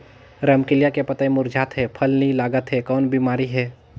रमकलिया के पतई मुरझात हे फल नी लागत हे कौन बिमारी हे?